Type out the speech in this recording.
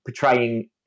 portraying